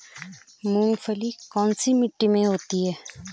मूंगफली कौन सी मिट्टी में होती है?